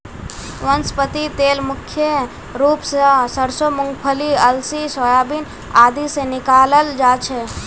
वनस्पति तेल मुख्य रूप स सरसों मूंगफली अलसी सोयाबीन आदि से निकालाल जा छे